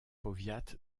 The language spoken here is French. powiat